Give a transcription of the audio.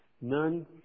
none